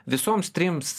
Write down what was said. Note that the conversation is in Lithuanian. visoms trims